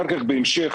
בהמשך,